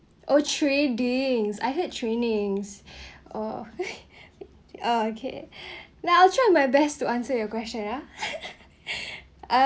oh trading I heard training oh uh okay now I'll try my best to answer your question ha uh